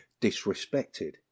disrespected